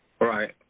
right